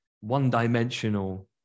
one-dimensional